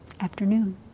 afternoon